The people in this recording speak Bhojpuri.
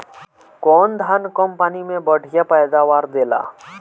कौन धान कम पानी में बढ़या पैदावार देला?